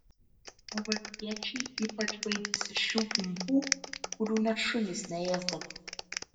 o valstiečiai ypač baidėsi šių gumbų kurių net šunys neėsdavo